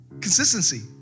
consistency